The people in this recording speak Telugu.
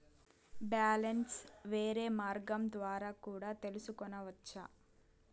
బ్యాలెన్స్ వేరే మార్గం ద్వారా కూడా తెలుసుకొనొచ్చా?